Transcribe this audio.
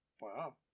Wow